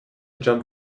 jump